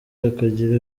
akagira